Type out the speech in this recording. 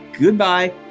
Goodbye